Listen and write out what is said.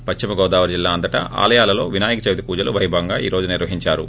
పశ్చిమగోదావరి జిల్లా అంతటా ఆలయాలలో వినాయక చవితి పూజలు పైభవంగా ఈ పోజు నిర్వహించారు